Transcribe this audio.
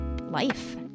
life